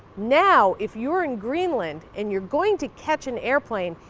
now, if you're in greenland and you're going to catch an airplane,